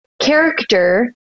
character